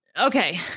Okay